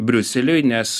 briuseliui nes